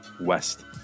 west